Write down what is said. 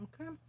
Okay